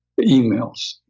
emails